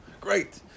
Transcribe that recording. Great